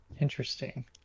Interesting